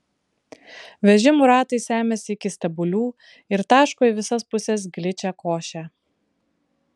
vežimų ratai semiasi iki stebulių ir taško į visas puses gličią košę